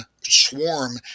swarm